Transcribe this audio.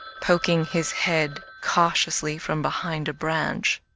poking his head cautiously from behind a branch,